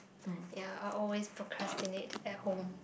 ya I always procrastinate at home